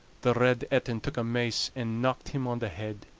the red etin took a mace and knocked him on the head,